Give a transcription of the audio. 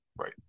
Right